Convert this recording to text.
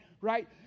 right